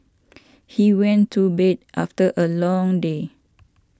he went to bed after a long day